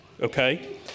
Okay